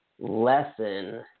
lesson